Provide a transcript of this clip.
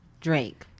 Drake